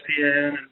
ESPN